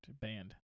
Banned